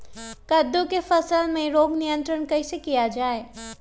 कददु की फसल में रोग नियंत्रण कैसे किया जाए?